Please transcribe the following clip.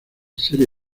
serie